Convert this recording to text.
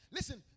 Listen